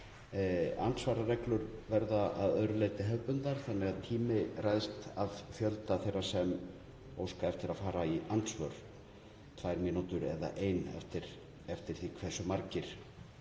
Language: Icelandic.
Andsvarareglur verða að öðru leyti hefðbundnar þannig að tími ræðst af fjölda þeirra sem óska eftir að fara í andsvör, tvær mínútur eða ein eftir því hversu margir